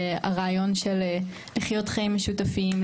והרעיון של לחיות חיים משותפים,